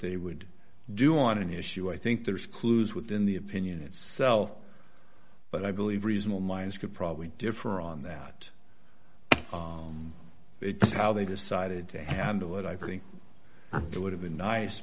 they would do on an issue i think there's clues within the opinion itself but i believe reasonable minds could probably differ on that it's how they decided to handle it i think it would have been nice